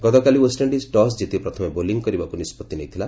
ଗତକାଲି West Indies toss କିତି ପ୍ରଥମେ ବୋଲିଂ କରିବାକୁ ନିଷ୍ପଭି ନେଇଥିଲା